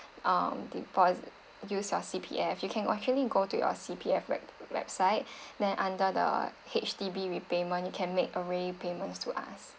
um depos~ use your C_P_F you can actually go to your C_P_F web website then under the H_D_B repayment you can make a repayment to us